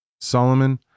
Solomon